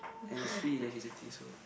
and it's free electricity so